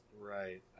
Right